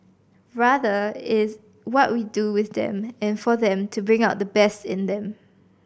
rather it is what we do with them and for them to bring out the best in them